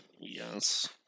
Yes